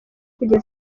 kugeza